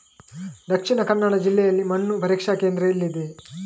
ದಕ್ಷಿಣ ಕನ್ನಡ ಜಿಲ್ಲೆಯಲ್ಲಿ ಮಣ್ಣು ಪರೀಕ್ಷಾ ಕೇಂದ್ರ ಎಲ್ಲಿದೆ?